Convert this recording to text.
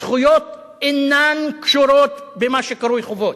זכויות אינן קשורות למה שקרוי חובות.